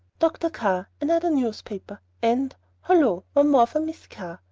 dr. carr another newspaper, and hollo one more for miss carr.